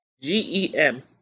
GEM